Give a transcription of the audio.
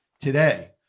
Today